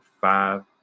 five